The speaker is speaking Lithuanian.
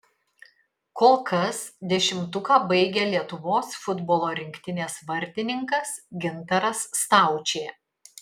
kol kas dešimtuką baigia lietuvos futbolo rinktinės vartininkas gintaras staučė